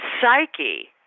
psyche